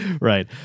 Right